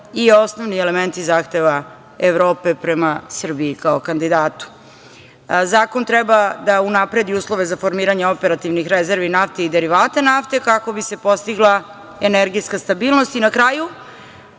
i osnovni elementi zahteva Evrope prema Srbiji kao kandidatu. Zakon treba da unapredi uslove za formiranje operativnih rezervi nafte i derivata nafte kako bi se postigla energetska stabilnost i na kraju,